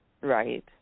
Right